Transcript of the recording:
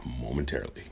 momentarily